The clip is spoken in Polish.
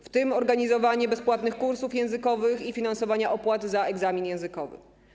w tym organizowanie bezpłatnych kursów językowych i finansowania opłat za egzamin językowy?